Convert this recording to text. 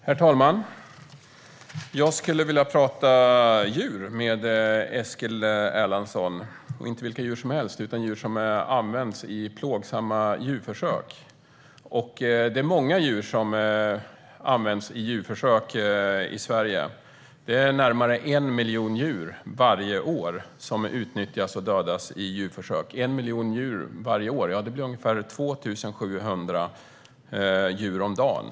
Herr talman! Jag skulle vilja prata om djur med Eskil Erlandsson. Det gäller inte vilka djur som helst, utan det gäller djur som används i plågsamma djurförsök. Det är många djur som används i djurförsök i Sverige - närmare 1 miljon djur varje år utnyttjas och dödas i djurförsök. Det blir ungefär 2 700 djur om dagen.